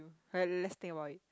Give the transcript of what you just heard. okay let's think about it